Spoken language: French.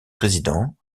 résidents